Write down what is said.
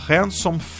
Handsome